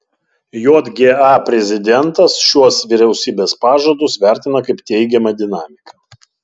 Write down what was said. jga prezidentas šiuos vyriausybės pažadus vertina kaip teigiamą dinamiką